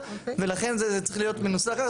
לכן זה צריך להיות מנוסח ככה.